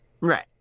Right